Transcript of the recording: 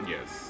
Yes